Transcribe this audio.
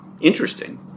interesting